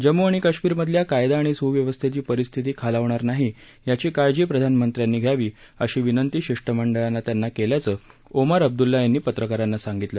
जम्मू आणि काश्मीरमधल्या कायदा आणि सव्यवस्थेची परिस्थिती खालावरणार नाही याची काळजी प्रधानमंत्र्यांनी घ्यावी अशी विनंती शिष्टमंडळानं त्यांना केल्याचं ओमार अब्द्रल्ला यांनी पत्रकारांना सांगितलं